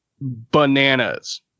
bananas